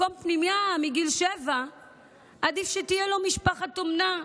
במקום פנימייה מגיל שבע עדיף שתהיה לו משפחת אומנה.